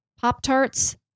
Pop-Tarts